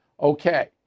Okay